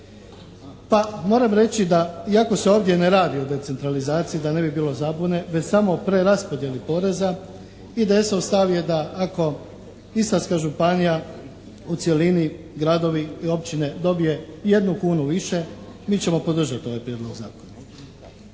Pa moram reći da iako se ovdje ne radi o decentralizaciji da ne bi bilo zabune već samo o preraspodjeli poreza IDS-ov stav je da ako Istarska županija u cjelini gradovi i općine dobije jednu kunu više mi ćemo podržati ovaj prijedlog zakona.